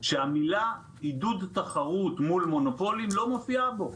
כשהמילה עידוד תחרות מול מונופולים לא מופיעה בו.